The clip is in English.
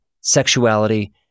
sexuality